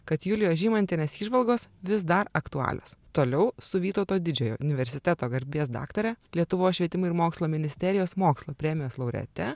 kad julijos žymantienės įžvalgos vis dar aktualios toliau su vytauto didžiojo universiteto garbės daktare lietuvos švietimo ir mokslo ministerijos mokslo premijos laureate